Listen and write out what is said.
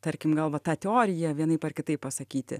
tarkim gal va tą teoriją vienaip ar kitaip pasakyti